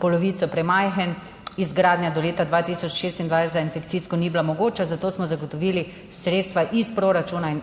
polovico premajhen, izgradnja do leta 2026 za infekcijsko ni bila mogoča, zato smo zagotovili sredstva iz proračuna in